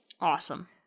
Awesome